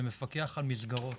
ומפקח על מסגרות.